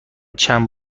چند